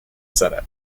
senate